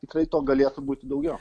tikrai to galėtų būti daugiau